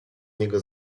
niego